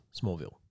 Smallville